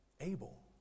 Abel